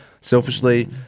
Selfishly